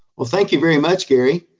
well thank you very much, gary.